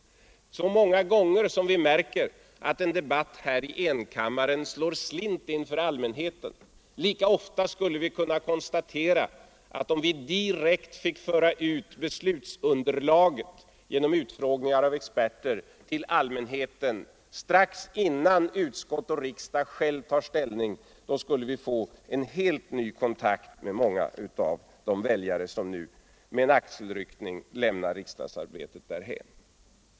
Många gånger märker vi att en debatt här i enkammaren slår slint inför allmänheten. Om vi direkt genom utfrågningar av experter fick föra ut beslutsunderlaget till allmänheten strax innan utskott och riksdag själva tar ställning, skulle vi få en helt ny kontakt med många av de väljare som nu med en axelryckning lämnar riksdagsarbetet därhän.